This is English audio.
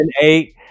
eight